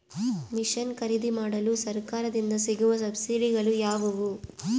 Mission ಖರೇದಿಮಾಡಲು ಸರಕಾರದಿಂದ ಸಿಗುವ ಸಬ್ಸಿಡಿಗಳು ಯಾವುವು?